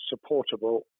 supportable